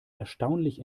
erstaunlich